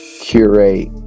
curate